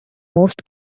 most